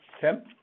Tim